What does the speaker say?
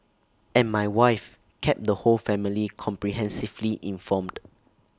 and my wife kept the whole family comprehensively informed